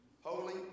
holy